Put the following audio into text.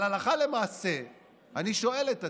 אבל הלכה למעשה אני שואל את עצמי: